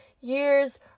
years